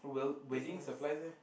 well wedding supplies eh